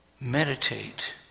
Meditate